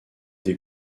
des